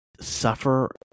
suffer